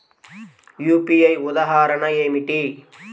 UPI ఉదాహరణ ఏమిటి?